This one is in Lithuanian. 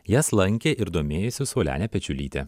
jas lankė ir domėjosi saulenė pečiulytė